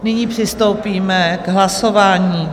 Nyní přistoupíme k hlasování.